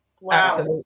Wow